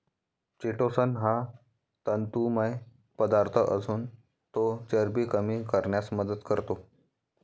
chitosan हा तंतुमय पदार्थ असून तो चरबी कमी करण्यास मदत करतो